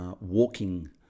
walking